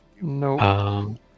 No